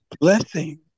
blessing